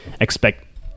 expect